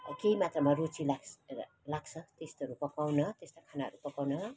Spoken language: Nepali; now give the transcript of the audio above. केही मात्रामा रुचि लाग् लाग्छ त्यस्तोहरू पकाउन त्यस्तो खानाहरू पकाउन